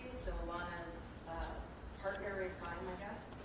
alana's partner in crime i guess,